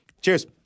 Cheers